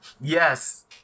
Yes